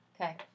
Okay